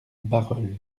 barœul